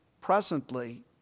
presently